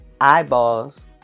eyeballs